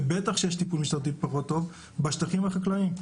ובטח שיש טיפול משטרתי פחות טוב בשטחים החקלאיים.